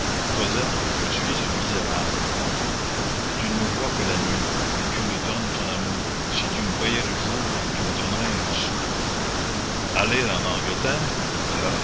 je suis un misérable tu ne me vois que la nuit et tu me donnes ton amour si tu me voyais le jour tu me donnerais un sou aller en angleterre